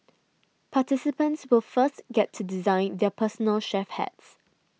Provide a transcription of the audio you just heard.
participants will first get to design their personal chef hats